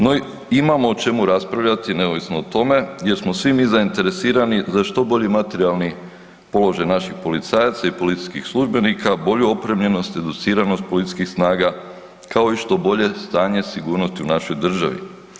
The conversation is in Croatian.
No imamo o čemu raspravljati, neovisno o tome jer smo svi mi zainteresirani za što bolji materijalni položaj naših policajaca i policijskih službenika, bolju opremljenost, educiranost policijskih snaga, kao i što bolje stanje sigurnosti u našoj državi.